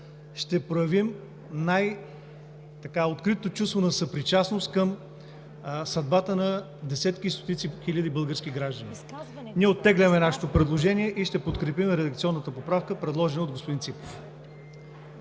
ще проявим най-открито чувство на съпричастност към съдбата на десетки и стотици хиляди български граждани. Ние оттегляме нашето предложение и ще подкрепим редакционната поправка, предложена от господин Ципов.